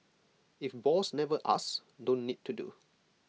if boss never asks don't need to do